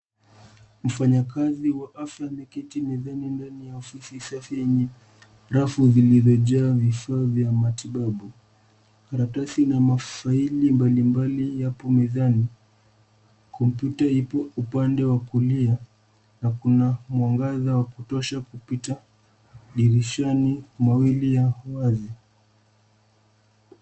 Mfanyakazi wa afya amekei mezani mbele ya ofisi safi yenye rafu zilizojaa vifaa vya matibabu. Karatasi na mafaili mbalimbali yapo mbele mezani. Kompyuta ipo upande wa kulia na kuna mwangaza wa kutosha kupita dirishani mawili ya wazi.